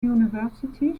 university